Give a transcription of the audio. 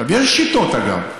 יש שיטות, אגב,